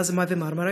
מאז "מרמרה",